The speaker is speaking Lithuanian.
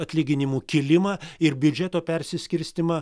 atlyginimų kėlimą ir biudžeto persiskirstymą